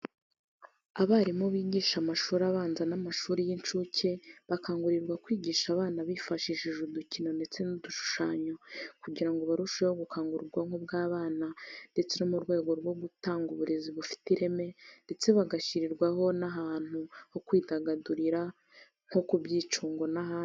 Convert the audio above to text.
Abarimu bigisha amashuri abanza n'amashuri y'inshuke bakangurirwa kwigisha abana bifashishije udukino ndetse n'udushushanyo kugira ngo barusheho gukangura ubwonko bw'abana ndetse no mu rwego rwo gutanga uburezi bufite ireme ndetse bagashyirirwaho n'ahantu ho kwidagadurira nko ku byicungo n'ahandi.